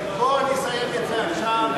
בואו נסיים את זה עכשיו.